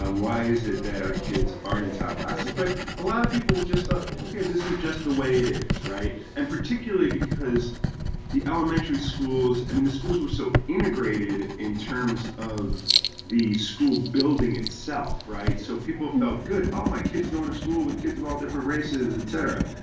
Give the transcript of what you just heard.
um why is it that our kids aren't in top classes. but a lot of people just thought ok this is just the way it is. right. and particularly because the elementary schools i mean the schools were so integrated in terms of the school building itself. right. so people felt good. oh my kids going to school with kids of all different races et cetera.